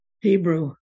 Hebrew